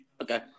Okay